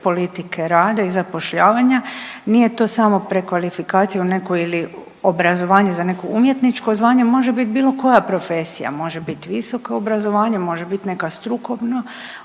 politike rada i zapošljavanja. Nije to samo prekvalifikacija u nekoj ili obrazovanju za neko umjetničko zvanje, može biti bilo koja profesija, može biti visoko obrazovanje, može biti neka strukovna